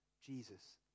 Jesus